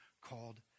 called